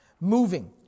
moving